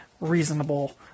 reasonable